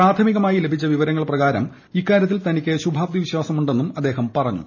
പ്രാഥമികമായി ലഭിച്ച വ്വീപ്പർങ്ങൾ പ്രകാരം ഇക്കാര്യത്തിൽ തനിക്ക് ശുഭാപ്തി വിശ്വാസമുണ്ടെന്നും ആദ്ദേഹം പറഞ്ഞു